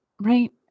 Right